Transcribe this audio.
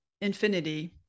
infinity